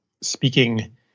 speaking